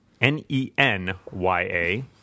N-E-N-Y-A